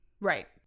Right